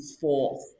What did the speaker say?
fourth